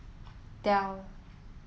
Dell